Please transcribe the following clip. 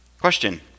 question